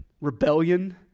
rebellion